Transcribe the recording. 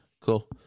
cool